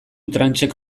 tranchek